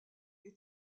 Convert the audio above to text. est